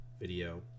video